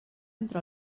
entre